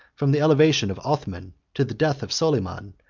from the elevation of othman to the death of soliman,